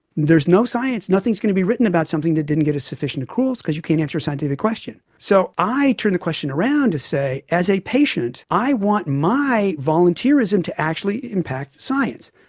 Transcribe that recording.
there is no science, nothing is going to be written about something that didn't get sufficient accruals because you can't answer a scientific question. so i turn the question around to say as a patient i want my volunteerism to actually impact science.